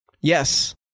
Yes